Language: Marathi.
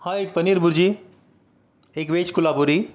हा एक पनीर बुर्जी एक वेज कोल्हापुरी